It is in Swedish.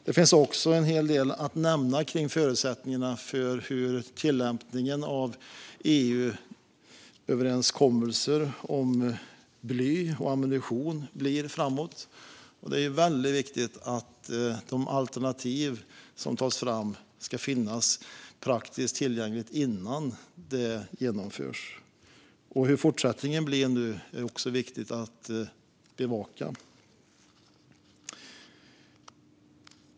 Det finns också en hel del att nämna kring hur förutsättningarna för tillämpningen av EU-överenskommelser om bly och ammunition blir framåt. Det är väldigt viktigt att de alternativ som tas fram finns praktiskt tillgängliga innan detta genomförs. Det är viktigt att bevaka hur fortsättningen blir. Fru talman!